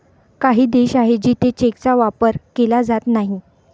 काही देश आहे जिथे चेकचा वापर केला जात नाही